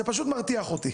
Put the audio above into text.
זה פשוט מרתיח אותי.